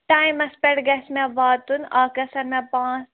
ٹایمَس پٮ۪ٹھ گَژھِ مےٚ واتُن اَکھ گژھن مےٚ پانٛژھ